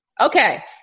Okay